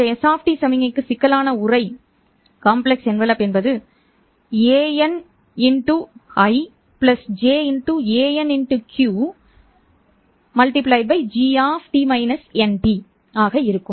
இந்த s சமிக்ஞைக்கு சிக்கலான உறை anI j anQ g ஆக இருக்கும்